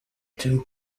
two